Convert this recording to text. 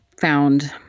found